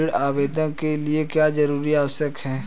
ऋण आवेदन के लिए क्या जानकारी आवश्यक है?